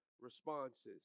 responses